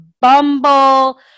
Bumble